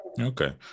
Okay